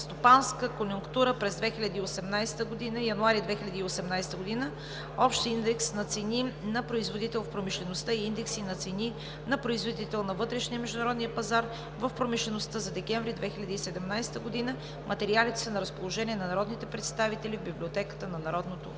стопанската конюнктура през януари 2018 г., общ индекс на цени на производител в промишлеността и индекси на цени на производител на вътрешния и международния пазар в промишлеността за декември 2017 г. Материалите са на разположение на народните представители в Библиотеката на Народното събрание.